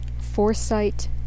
foresight